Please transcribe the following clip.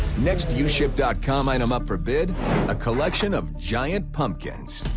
next upship dot com item up for bid a collection of giant pumpkins.